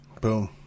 Boom